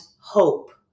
hope